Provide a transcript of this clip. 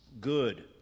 good